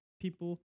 people